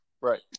Right